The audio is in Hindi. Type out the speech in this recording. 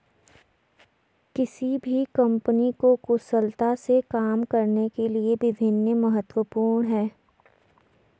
किसी भी कंपनी को कुशलता से काम करने के लिए विनियम महत्वपूर्ण हैं